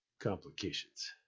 complications